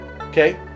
okay